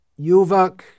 yuvak